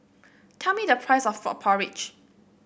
tell me the price of Frog Porridge